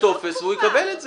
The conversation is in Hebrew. יש טופס והוא יקבל את זה.